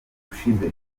gushize